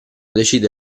decide